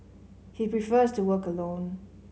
he prefers to work alone